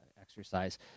exercise